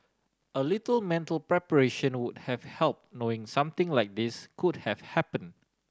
a little mental preparation would have help knowing something like this could have happen